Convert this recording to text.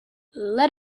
let